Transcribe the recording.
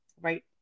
Right